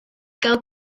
gael